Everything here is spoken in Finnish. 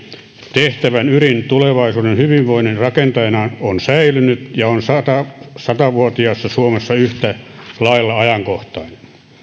tehtävän ydin tulevaisuuden hyvinvoinnin rakentajana on säilynyt ja on satavuotiaassa suomessa yhtä lailla ajankohtainen